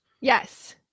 Yes